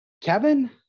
Kevin